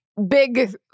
big